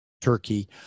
turkey